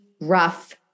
rough